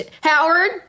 Howard